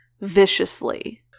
viciously